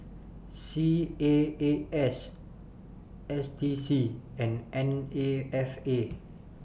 C A A S S D C and N A F A